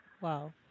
Wow